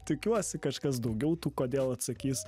tikiuosi kažkas daugiau tų kodėl atsakys